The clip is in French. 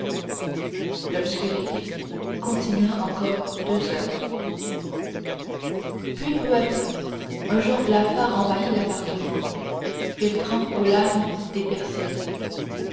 l'obscurité continua encore deux heures puis peu à peu un jour blafard envahit l'appartement filtrant aux lames des persiennes